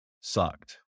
sucked